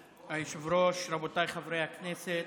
היושב-ראש, רבותיי חברי הכנסת,